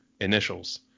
initials